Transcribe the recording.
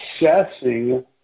assessing